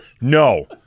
No